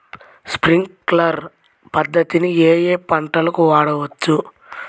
Sprinkler పద్ధతిని ఏ ఏ పంటలకు వాడవచ్చు?